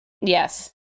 Yes